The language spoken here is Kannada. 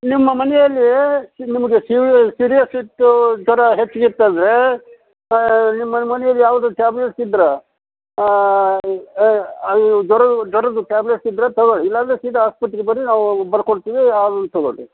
ನಿಮ್ಮ ಮನೆಯಲ್ಲಿ ನಿಮಗೆ ಸೀರಿಯಸ್ ಇತ್ತು ಜ್ವರ ಹೆಚ್ಚಿಗೆ ಇತ್ತು ಅಂದರೆ ನಿಮ್ಮ ಮನೆಯಲ್ಲಿ ಯಾವ್ದು ಟ್ಯಾಬ್ಲೇಟ್ಸ್ ಇದ್ರೆ ಜ್ವರ ಜ್ವರದ ಟ್ಯಾಬ್ಲೆಟ್ ಇದ್ರೆ ತಗೋ ಇಲ್ಲ ಅಂದರೆ ಸೀದಾ ಆಸ್ಪತ್ರೆಗೆ ಬರ್ರಿ ನಾವು ಬರ್ಕೊಡ್ತೀವಿ ಅದನ್ನ ತಗೊಳ್ರಿ